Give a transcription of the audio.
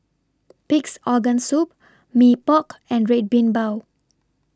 Pig'S Organ Soup Mee Pok and Red Bean Bao